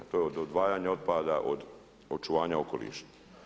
To je od odvajanja otpada, od očuvanja okoliša.